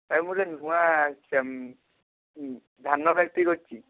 sir ମୁଁ ଗୋଟେ ନୂଆ ସେମ୍ ଧାନ ଫାକ୍ଟ୍ରି କରିଛି